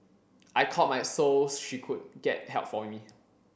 I called my so she could get help for me